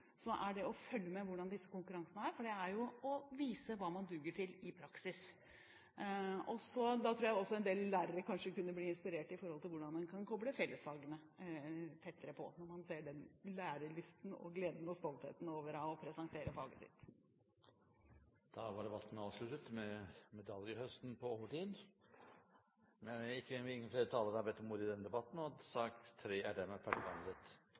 er det bare å følge med på hvordan disse konkurransene er, for det er jo å vise hva man duger til i praksis. Da tror jeg også en del lærere kanskje kunne blitt inspirerte med tanke på hvordan man lettere kan koble fellesfagene når man ser den lærelysten, gleden og stoltheten over å presentere faget sitt. Da var debatten avsluttet – med medaljehøst på overtid. Flere har ikke bedt om ordet til sak nr. 3. Etter ønske fra kirke-, utdannings- og